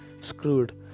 screwed